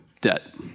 debt